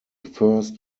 first